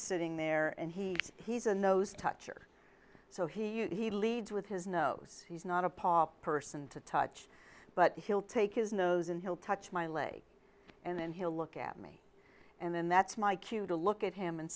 sitting there and he he's in those touch or so he leads with his nose he's not a pop person to touch but he'll take his nose and he'll touch my leg and then he'll look at me and then that's my cue to look at him and